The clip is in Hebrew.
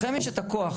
לכם יש את הכוח.